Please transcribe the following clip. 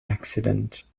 accident